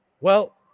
Well-